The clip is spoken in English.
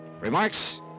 Remarks